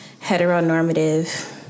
heteronormative